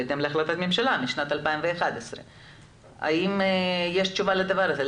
בהתאם להחלטת ממשלה משנת 2011. האם יש תשובה לדבר הזה,